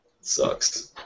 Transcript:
Sucks